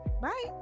bye